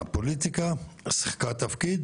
הפוליטיקה שיחקה תפקיד